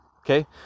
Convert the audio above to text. okay